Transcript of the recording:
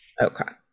Okay